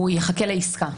הוא יחכה לעסקה.